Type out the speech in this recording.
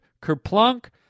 Kerplunk